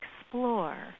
explore